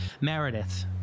Meredith